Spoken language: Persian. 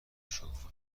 شکوفا